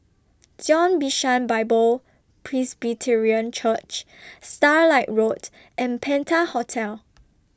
Zion Bishan Bible Presbyterian Church Starlight Road and Penta Hotel